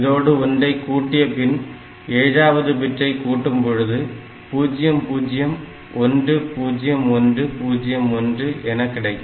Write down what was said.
இதனோடு ஒன்றை கூட்டிய பின் ஏழாவது பிட்டையும் கூட்டும் பொழுது 0010101 என கிடைக்கும்